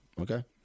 okay